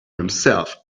himself